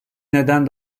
neden